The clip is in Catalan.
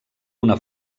una